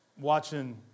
watching